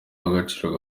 w’agaciro